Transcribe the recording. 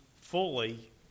fully